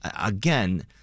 again